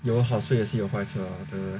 有好事也是有坏事啦对不对